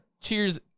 Cheers